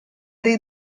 dei